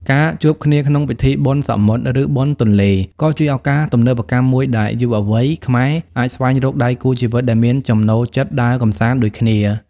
ការជួបគ្នាក្នុងពិធីបុណ្យសមុទ្រ ឬបុណ្យទន្លេ ក៏ជាឱកាសទំនើបកម្មមួយដែលយុវវ័យខ្មែរអាចស្វែងរកដៃគូជីវិតដែលមានចំណូលចិត្តដើរកម្សាន្តដូចគ្នា។